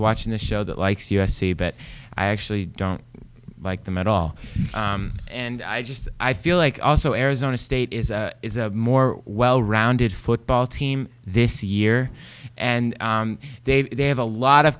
watching the show that likes u s c but i actually don't like them at all and i just i feel like also arizona state is a more well rounded football team this year and they they have a lot of